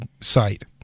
site